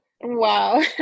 Wow